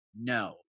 No